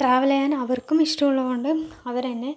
travel ചെയ്യാൻ അവർക്കും ഇഷ്ടമുള്ളത് കൊണ്ട് അവരെന്നെ